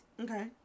Okay